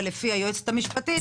אבל לפי היועצת המשפטית,